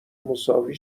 مساوی